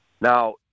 Now